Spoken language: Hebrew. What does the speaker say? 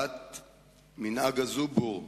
מנהג הזובור המגונה,